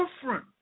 different